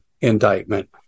indictment